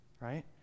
right